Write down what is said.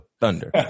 Thunder